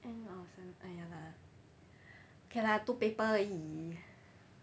end of sem ah lah ok lah two paper